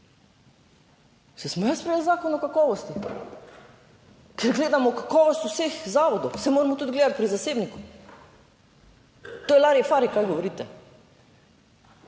Saj smo mi sprejeli Zakon o kakovosti, ker gledamo kakovost vseh zavodov, saj moramo tudi gledati pri zasebniku. To je lari fari, kaj govorite.